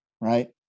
right